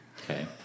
Okay